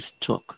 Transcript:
took